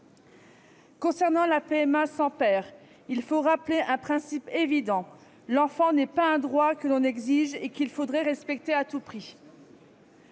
assistée (PMA) sans père, il faut rappeler un principe évident : l'enfant n'est pas un droit que l'on exige et qu'il faudrait respecter à tout prix.